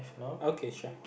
okay sure